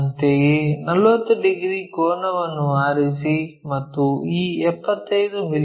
ಅಂತೆಯೇ 40 ಡಿಗ್ರಿ ಕೋನವನ್ನು ಆರಿಸಿ ಮತ್ತು ಈ 75 ಮಿ